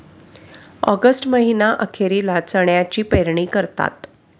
August महीना अखेरीला चण्याची पेरणी करतात